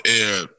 air